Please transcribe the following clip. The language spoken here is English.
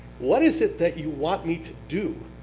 what is it that you want me to do?